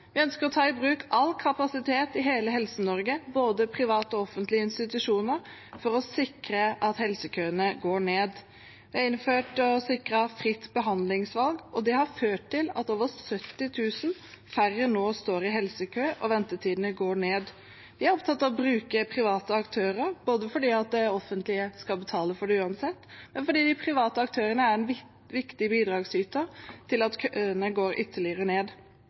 Vi ønsker å ta i bruk all kapasitet i hele Helse-Norge, både private og offentlige institusjoner, for å sikre at helsekøene går ned. Det er innført og sikret et fritt behandlingsvalg, og det har ført til at over 70 000 færre nå står i helsekø og at ventetidene går ned. Vi er opptatt av å bruke private aktører, både fordi det offentlige skal betale for det uansett, og fordi de private aktørene er en viktig bidragsyter for å få køene ytterligere ned.